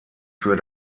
für